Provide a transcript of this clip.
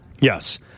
Yes